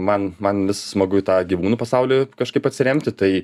man man vis smagu į tą gyvūnų pasaulį kažkaip atsiremti tai